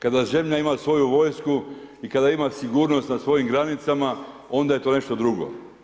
Kada zemlja ima svoju vojsku i kada ima sigurnost na svojim granicama, onda je to nešto drugo.